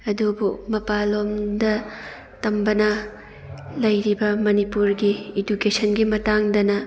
ꯑꯗꯨꯕꯨ ꯃꯄꯥꯟ ꯂꯣꯝꯗ ꯇꯝꯕꯅ ꯂꯩꯔꯤꯕ ꯃꯅꯤꯄꯨꯔꯒꯤ ꯏꯗꯨꯀꯦꯁꯟꯒꯤ ꯃꯇꯥꯡꯗꯅ